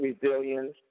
resilience